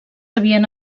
havien